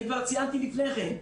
כבר ציינתי לפני כן,